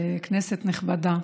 כבוד היו"רית, כנסת נכבדה.